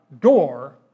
door